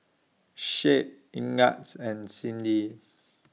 Shade Ignatz and Cyndi